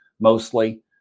mostly